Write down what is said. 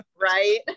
right